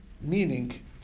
Meaning